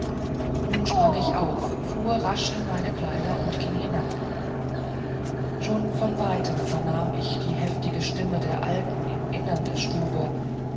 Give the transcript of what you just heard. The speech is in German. nun sprang ich auf fuhr rasch in meine kleider und ging hinab schon von weitem vernahm ich die heftige stimme der alten im innern der stube